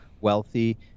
wealthy